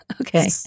Okay